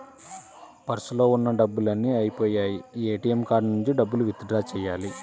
పర్సులో ఉన్న డబ్బులన్నీ అయ్యిపొయ్యాయి, ఏటీఎం కార్డు నుంచి డబ్బులు విత్ డ్రా చెయ్యాలి